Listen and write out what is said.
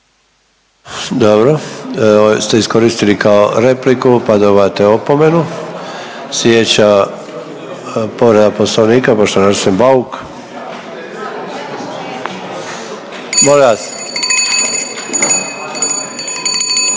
Dobro, ovo ste iskoristili kao repliku pa dobivate opomenu. Sljedeća povreda poslovnika poštovani Arsen Bauk. Molim vas.